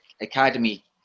Academy